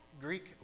Greek